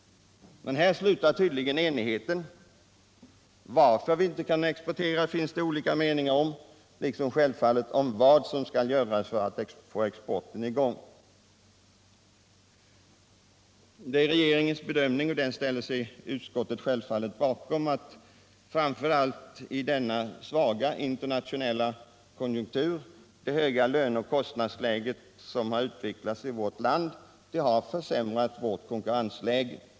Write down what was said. Men här slutar tydligen enigheten. Varför vi inte kan exportera finns det olika meningar om, liksom självfallet om vad som skall göras för att få exporten i gång. Regeringens bedömning är — och den ställer sig utskottet självfallet bakom -— att framför allt i denna svaga internationella konjunktur har det höga löneoch kostnadsläge som utvecklats i vårt land försämrat vårt konkurrensläge.